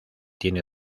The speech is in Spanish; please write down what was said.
tiene